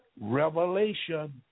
Revelation